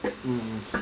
mm